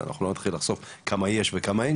אנחנו לא נתחיל לחשוף כמה יש וכמה אין